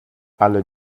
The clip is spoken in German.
alle